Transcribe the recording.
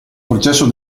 processo